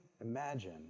imagine